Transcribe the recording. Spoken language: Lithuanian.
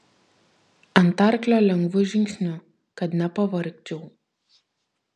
ant arklio lengvu žingsniu kad nepavargčiau